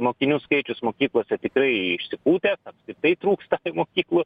mokinių skaičius mokyklose tikrai išsipūtę apskritai trūksta mokyklų